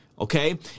Okay